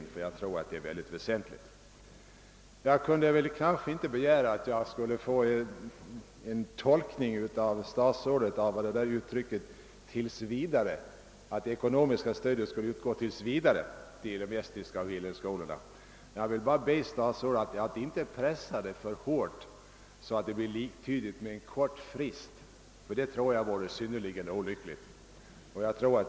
Jag tror att detta är synnerligen väsentligt. Jag kunde väl knappast begära att statsrådet skulle ge en tolkning av vad det innebär att det ekonomiska stödet skulle utgå »tills vidare« till de estniska skolorna och till Hillelskolan. Men jag vill be statsrådet att inte pressa uttrycket »tills vidare« för hårt, så att det endast blir en kort frist. Det vore enligt min uppfattning mycket olyckligt.